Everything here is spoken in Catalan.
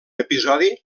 episodi